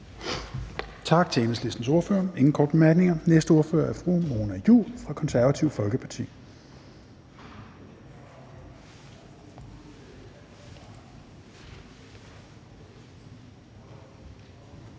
Tak til Enhedslistens ordfører. Der er ingen korte bemærkninger. Den næste ordfører er fru Mona Juul fra Det Konservative Folkeparti.